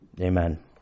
Amen